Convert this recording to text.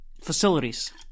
facilities